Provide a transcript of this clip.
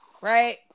Right